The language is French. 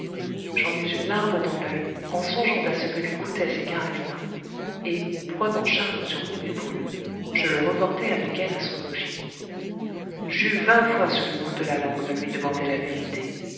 j'en eus une larme dans l'oeil en songeant à ce que lui coûtaient ces caresses là et prenant charlot sur mon épaule je le reportai avec elle à son logis j'eus vingt fois sur le bout de la langue de lui demander la vérité